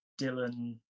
Dylan